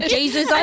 Jesus